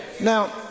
Now